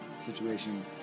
situation